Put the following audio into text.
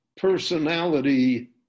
personality